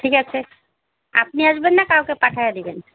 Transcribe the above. ঠিক আছে আপনি আসবেন না কাউকে পাঠায়ে দিবেন